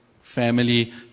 family